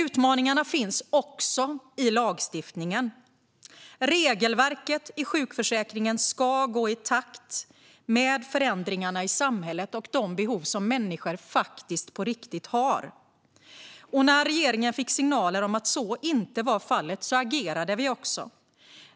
Utmaningarna finns också i lagstiftningen. Regelverket i sjukförsäkringen ska gå i takt med förändringarna i samhället och de behov som människor faktiskt har. När regeringen fick signaler om att så inte var fallet agerade vi.